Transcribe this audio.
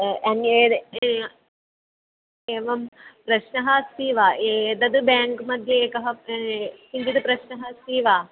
अन्यत् एवं प्रश्नः अस्ति वा एतत् बेङ्क् मध्ये एकः किञ्चित् प्रश्नः अस्ति वा